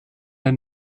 der